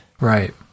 right